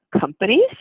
companies